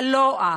הלוע,